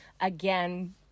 Again